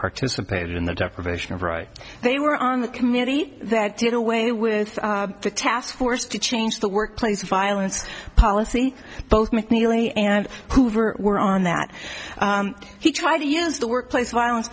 participated in the deprivation of right they were on the committee that did away with the task force to change the workplace violence policy both mcneely and hoover were on that he tried to use the workplace violence